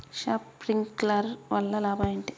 Sprinkler వల్ల లాభం ఏంటి?